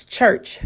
Church